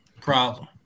Problem